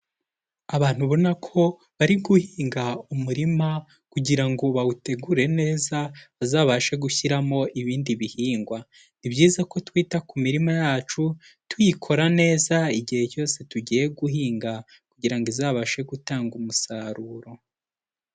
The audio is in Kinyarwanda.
Abantu ubona ko bari guhinga umurima kugira ngo bawutegure neza bazabashe gushyiramo ibindi bihingwa, ni byiza ko twita ku mirima yacu, tuyikora neza igihe cyose tugiye guhinga kugira ngo izabashe gutanga umusaruro.